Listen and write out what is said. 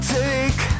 take